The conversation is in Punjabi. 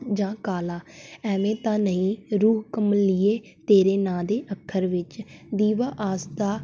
ਜਾਂ ਕਾਲਾ ਐਵੇਂ ਤਾਂ ਨਹੀਂ ਰੂਹ ਕਮਲੀਏ ਤੇਰੇ ਨਾਂ ਦੇ ਅੱਖਰ ਵਿੱਚ ਦੀਵਾ ਆਸ ਦਾ